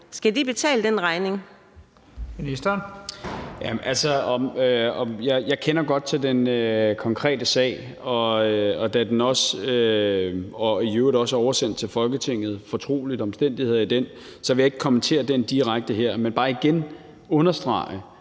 (Peter Hummelgaard): Jeg kender godt til den konkrete sag, som i øvrigt også er oversendt til Folketinget, og til fortrolige omstændigheder i den, så jeg vil ikke kommentere den direkte her, men jeg vil bare igen understrege,